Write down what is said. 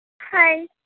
Hi